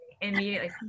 immediately